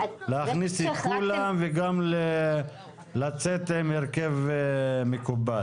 להכניס את כולם וגם לצאת עם הרכב מקובל.